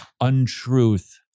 untruth